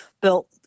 built